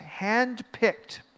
handpicked